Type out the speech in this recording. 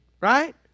right